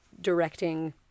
directing